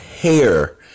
hair